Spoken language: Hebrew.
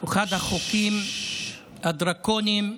הוא אחד החוקים הדרקוניים,